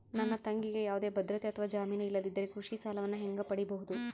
ನನ್ನ ತಂಗಿಗೆ ಯಾವುದೇ ಭದ್ರತೆ ಅಥವಾ ಜಾಮೇನು ಇಲ್ಲದಿದ್ದರೆ ಕೃಷಿ ಸಾಲವನ್ನು ಹೆಂಗ ಪಡಿಬಹುದು?